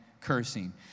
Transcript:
cursing